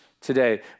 today